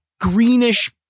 greenish